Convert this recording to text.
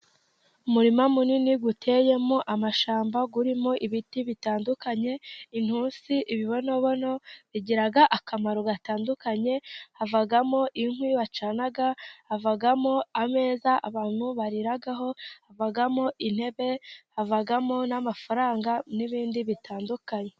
Umurima munini uteyemo amashyamba, urimo biti bitandukanye intusi, imibonobono. Bigira akamaro gatandukanye havamo inkwi iyo wacyana, havamo ameza abantu bariraraho, havamo intebe, havamo n'amafaranga n'ibindi bitandukanye.